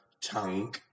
tongue